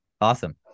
Awesome